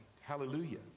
Hallelujah